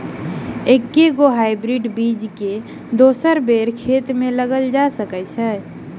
एके गो हाइब्रिड बीज केँ दोसर बेर खेत मे लगैल जा सकय छै?